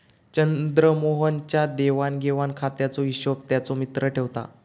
चंद्रमोहन च्या देवाण घेवाण खात्याचो हिशोब त्याचो मित्र ठेवता